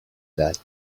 that